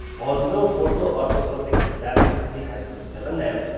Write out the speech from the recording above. although photo orthotropic elasticity has been developed